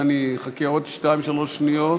אז אני אחכה עוד שתיים-שלוש שניות,